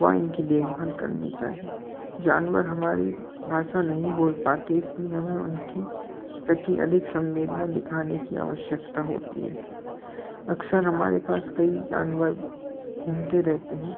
व इनकी देखभाल करनी चाहिए जानवर हमारी भाषा नहीं बोल पाते इसलिए हमें उनके प्रति अधिक संवेदना दिखाने की आवश्यकता होती है अक्सर हमारे पास कई जानवर घूमते रहते हैं